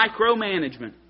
micromanagement